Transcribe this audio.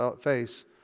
face